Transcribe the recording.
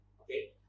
okay